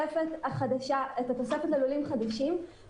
מ- 50% והבעלות בלול היא של כל המגדלים המייצרים בו,